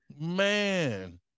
man